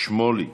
שמוֹלי,